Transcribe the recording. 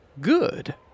good